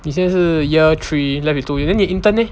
你现在是 year three left with two years then 你 intern leh